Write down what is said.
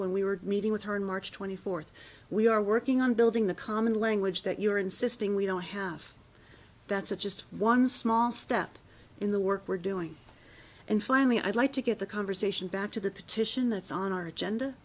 when we were meeting with her on march twenty fourth we are working on building the common language that you're insisting we don't have that's a just one small step in the work we're doing and finally i'd like to get the conversation back to the petition that's on our agenda